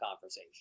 conversation